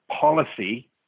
policy